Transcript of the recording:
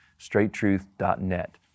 straighttruth.net